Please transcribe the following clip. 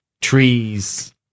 trees